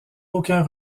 aucun